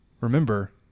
Remember